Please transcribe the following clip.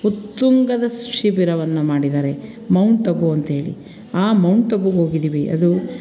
ಉತ್ತುಂಗದ ಶಿಬಿರವನ್ನು ಮಾಡಿದ್ದಾರೆ ಮೌಂಟ್ ಅಬು ಅಂಥೇಳಿ ಆ ಮೌಂಟ್ ಅಬುಗೆ ಹೋಗಿದ್ದೀವಿ ಅದು